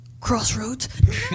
Crossroads